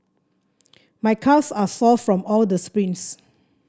my calves are sore from all the sprints